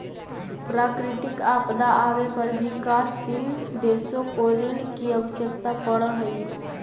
प्राकृतिक आपदा आवे पर विकासशील देशों को ऋण की आवश्यकता पड़अ हई